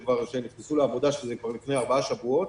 כשכבר נכנסו לעבודה לפני ארבעה שבועות.